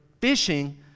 fishing